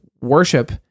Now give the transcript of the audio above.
worship